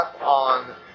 on